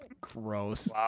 gross